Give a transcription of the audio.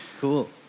Cool